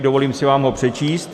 Dovolím si vám ho přečíst: